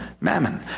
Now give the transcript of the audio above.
mammon